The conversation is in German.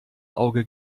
auge